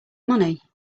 money